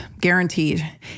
guaranteed